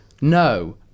No